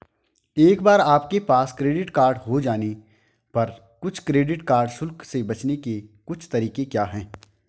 एक बार आपके पास क्रेडिट कार्ड हो जाने पर कुछ क्रेडिट कार्ड शुल्क से बचने के कुछ तरीके क्या हैं?